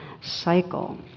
cycle